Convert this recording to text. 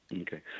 Okay